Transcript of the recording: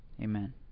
Amen